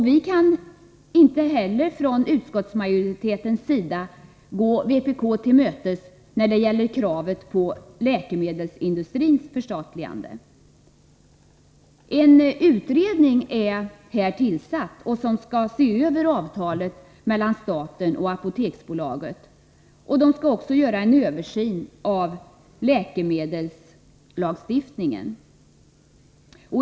Vi kan inte heller från utskottsmajoritetens sida gå vpk till mötes när det gäller kravet på läkemedelsindustrins förstatligande. En utredning är tillsatt som skall se över avtalet mellan staten och Apoteksbolaget och också göra en översyn av läkemedelslagstiftningen.